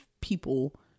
people